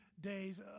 days